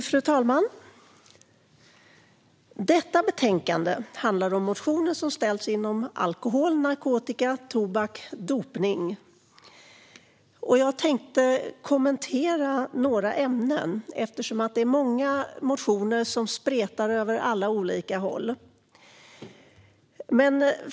Fru talman! Detta betänkande handlar om motioner som väckts inom alkohol, narkotika, tobaks och dopningsområdet. Jag tänkte kommentera några ämnen eftersom det är många motioner och de spretar åt alla möjliga håll.